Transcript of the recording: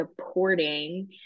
supporting